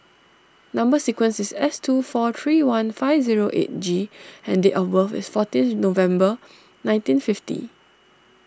Number Sequence is S two four three one five zero eight G and date of birth is fourteenth November nineteen fifty